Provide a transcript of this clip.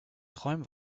träum